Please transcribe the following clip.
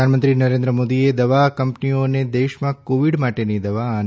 પ્રધાનમંત્રી નરેન્દ્ર મોદીએ દવા કંપનીઓને દેશમાં કોવિડ માટેની દવા અને